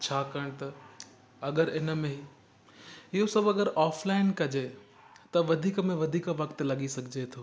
छाकाणि त अगरि हिन में इहो सभु अगरि ऑफ़लाइन कजे त वधीक में वधीक वक़्तु लॻी सघिजे थो